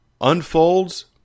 unfolds